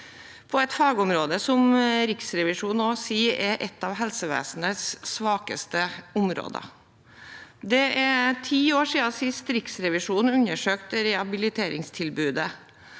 på et fagområde som også Riksrevisjonen sier er et av helsevesenets svakeste områder. Det er ti år siden sist Riksrevisjonen undersøkte rehabiliteringstilbudet.